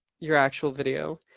your actual video